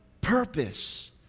purpose